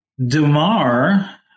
Dumar